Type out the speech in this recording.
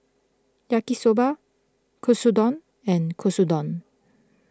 Yaki Soba Katsudon and Katsudon